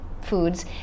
foods